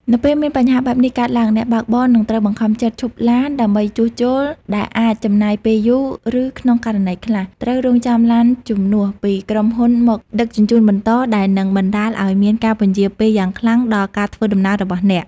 នៅពេលមានបញ្ហាបែបនេះកើតឡើង អ្នកបើកបរនឹងត្រូវបង្ខំចិត្តឈប់ឡានដើម្បីជួសជុល ដែលអាចចំណាយពេលយូរ ឬក្នុងករណីខ្លះ ត្រូវរង់ចាំឡានជំនួសពីក្រុមហ៊ុនមកដឹកជញ្ជូនបន្ត ដែលនឹងបណ្ដាលឱ្យមានការពន្យារពេលយ៉ាងខ្លាំងដល់ការធ្វើដំណើររបស់អ្នក។